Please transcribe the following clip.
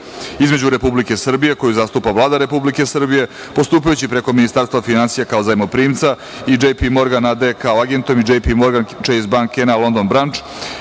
između Republike Srbije koju zastupa Vlada Republike Srbije, postupajući preko Ministarstva finansija kao Zajmoprimca i J.R. MORGAN AG kao Agentom i JPMORGAN CHASE BANK,